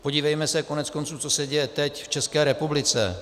Podívejme se koneckonců, co se děje teď v České republice.